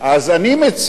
אז אני מציע,